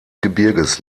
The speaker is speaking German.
gebirges